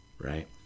right